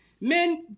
men